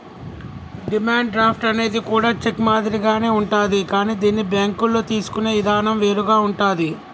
demand draft అనేది కూడా cheque మాదిరిగానే ఉంటాది కానీ దీన్ని బ్యేంకుల్లో తీసుకునే ఇదానం వేరుగా ఉంటాది